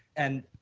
and,